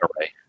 array